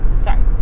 Sorry